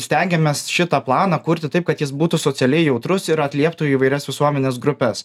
stengiamės šitą planą kurti taip kad jis būtų socialiai jautrus ir atlieptų įvairias visuomenės grupes